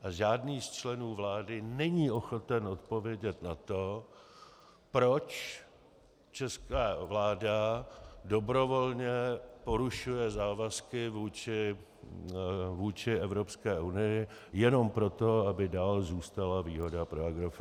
A žádný z členů vlády není ochoten odpovědět na to, proč česká vláda dobrovolně porušuje závazky vůči Evropské unii jenom proto, aby dál zůstala výhoda pro Agrofert.